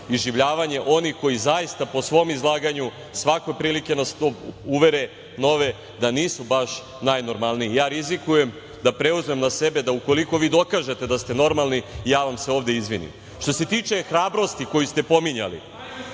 iživljavanje onih koji zaista po svom izlaganju svakom prilikom uvere nove da nisu baš najnormalniji. Ja rizikujem da preuzmem na sebe da ukoliko vi dokažete da ste normalni ja vam se ovde izvinim. Što se tiče hrabrosti, koju ste pominjali,